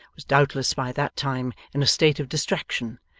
was doubtless by that time in a state of distraction,